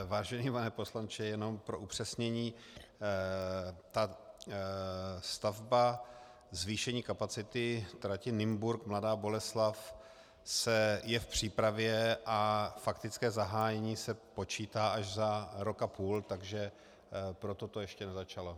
Vážený pane poslanče, jenom pro upřesnění, ta stavba zvýšení zkapacitnění trati Nymburk Mladá Boleslav je v přípravě a faktické zahájení se počítá až za rok a půl, takže proto to ještě nezačalo.